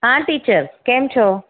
હા ટીચર કેમ છો